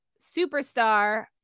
superstar